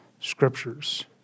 scriptures